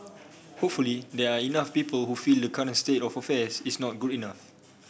hopefully there are enough people who feel the current state of affairs is not good enough